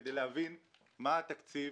כדי להבין מה התקציב